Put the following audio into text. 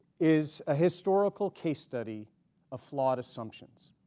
is a historical case study of flawed assumptions.